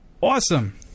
Awesome